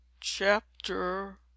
Chapter